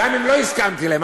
גם אם לא הסכמתי להם,